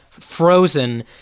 frozen